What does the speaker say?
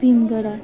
Bhimgarh